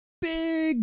big